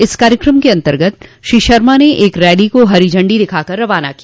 इस कार्यक्रम के अन्तर्गत श्री शर्मा ने एक रैली को हरी झंडी दिखाकर रवाना किया